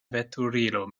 veturilo